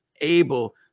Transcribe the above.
able